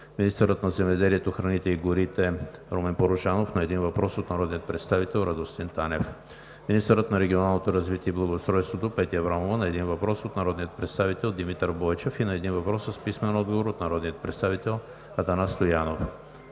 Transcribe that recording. министърът на земеделието, храните и горите Румен Порожанов – на един въпрос от народния представител Радостин Танев; - министърът на регионалното развитие и благоустройството Петя Аврамова – на един въпрос от народния представител Димитър Бойчев; и на един въпрос с писмен отговор от народния представител Атанас Стоянов;